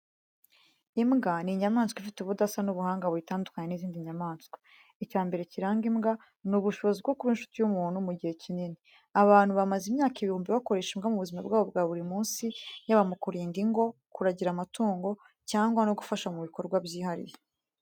Imbwa ni inyamaswa ifite ubudasa n’ubuhanga buyitandukanya n’izindi nyamaswa. Icya mbere kiranga imbwa ni ubushobozi bwo kuba inshuti y’umuntu mu gihe kinini. Abantu bamaze imyaka ibihumbi bakoresha imbwa mu buzima bwabo bwa buri munsi, yaba mu kurinda ingo, kuragira amatungo, cyangwa no gufasha mu bikorwa byihariye.